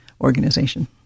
Organization